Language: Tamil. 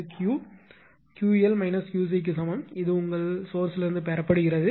எனவே Q 𝑄𝑙 − 𝑄𝐶 க்கு சமம் இது உங்கள் மூலத்திலிருந்து பெறப்படுகிறது